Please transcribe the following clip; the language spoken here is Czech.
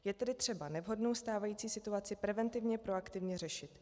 Je tedy třeba nevhodnou stávající situaci preventivně proaktivně řešit.